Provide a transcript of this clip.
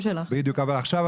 את ההצעה